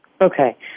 Okay